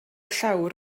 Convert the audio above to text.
llawr